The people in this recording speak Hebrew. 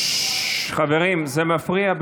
בעד חברים, זה מפריע.